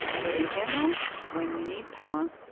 but in general when we need power,